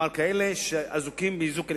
כלומר כאלה שאזוקים באיזוק אלקטרוני.